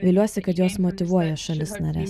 viliuosi kad jos motyvuoja šalis nares